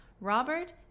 robert